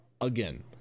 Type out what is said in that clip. again